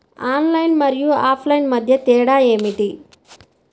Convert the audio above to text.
Online మరియు offline మధ్య తేడా ఏమిటీ?